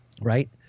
right